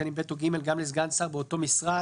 קטנים (ב) או (ג) גם לסגן שר באותו משרד,